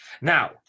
Now